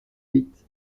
huit